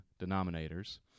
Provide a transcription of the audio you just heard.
denominators